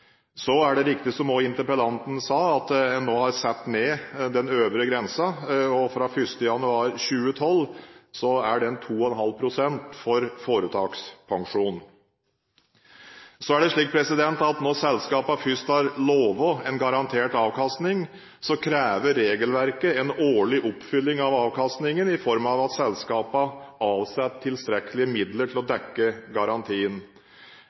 Så er det riktig, som interpellanten også sa, at en nå har satt ned den øvre grensen, og fra 1. januar 2012 er den 2,5 pst. for foretakspensjon. Når selskapene først har lovt en garantert avkastning, krever regelverket en årlig oppfyllelse av avkastningen i form av at selskapene avsetter tilstrekkelige midler til å dekke garantien.